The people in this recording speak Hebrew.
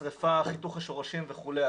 שריפה, חיתוך השורשים וכולי.